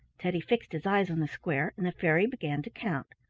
teddy fixed his eyes on the square and the fairy began to count.